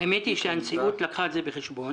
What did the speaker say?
האמת היא שהנשיאות לקחה את זה בחשבון